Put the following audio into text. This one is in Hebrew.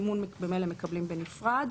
את המימון ממילא מקבלים בנפרד.